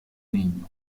niño